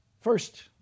First